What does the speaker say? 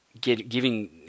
giving